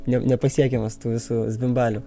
ne nepasiekiamas tų visų zvimbalių